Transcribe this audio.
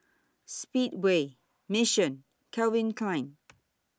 Speedway Mission Calvin Klein